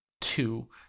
two